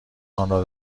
آنرا